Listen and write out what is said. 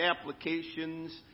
applications